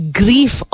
grief